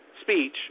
speech